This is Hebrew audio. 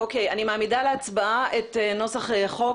אני מעמידה להצבעה את נוסח החוק,